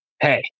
hey